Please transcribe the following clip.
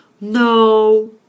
No